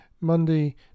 Monday